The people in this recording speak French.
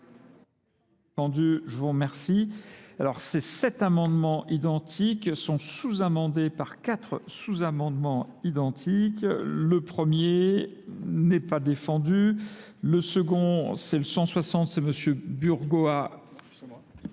Je vous remercie. Alors ces sept amendements identiques sont sous-amendés par quatre sous-amendements identiques. Le premier n'est pas défendu. Le second, c'est le 160, c'est M. Bourgois.